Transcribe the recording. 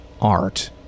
art